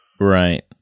right